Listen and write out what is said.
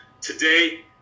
Today